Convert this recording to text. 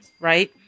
right